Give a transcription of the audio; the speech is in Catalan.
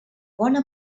bona